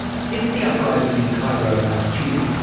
since the uprising in cairo last year,